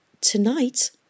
Tonight